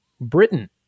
Britain